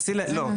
לא,